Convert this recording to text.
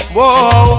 Whoa